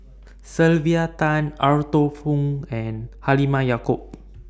Sylvia Tan Arthur Fong and Halimah Yacob